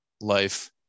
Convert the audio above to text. life